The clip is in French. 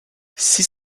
six